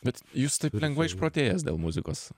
bet jūs taip lengvai išprotėjęs dėl muzikos